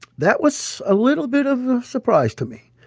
that was a little bit of a surprise to me.